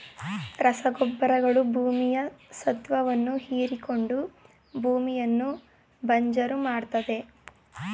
ರಸಗೊಬ್ಬರಗಳು ಭೂಮಿಯ ಸತ್ವವನ್ನು ಹೀರಿಕೊಂಡು ಭೂಮಿಯನ್ನು ಬಂಜರು ಮಾಡತ್ತದೆ